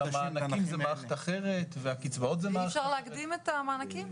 אבל המענקים זה מערכת אחרת והקצבאות זה מערכת אחרת.